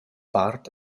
part